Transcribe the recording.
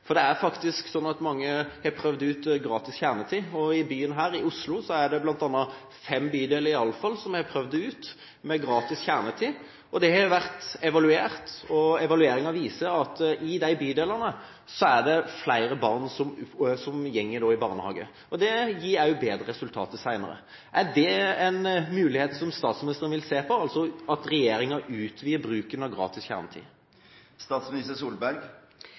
Det er faktisk sånn at mange har prøvd ut gratis kjernetid. I Oslo er det bl.a. fem bydeler, i alle fall, som har prøvd ut gratis kjernetid. Det har vært evaluert, og evalueringa viser at i disse bydelene er det nå flere barn som går i barnehage, og det gir også bedre resultater senere. Er det en mulighet som statsministeren vil se på – altså at regjeringa utvider bruken av gratis kjernetid?